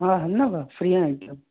हा न भाउ फ्री आहियां हिकदमि